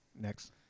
Next